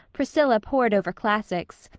priscilla pored over classics,